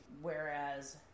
whereas